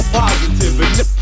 Positive